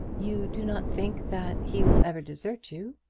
you do not think that he will ever desert you?